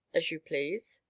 as you please.